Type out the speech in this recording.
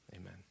amen